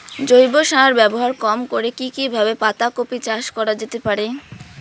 জৈব সার ব্যবহার কম করে কি কিভাবে পাতা কপি চাষ করা যেতে পারে?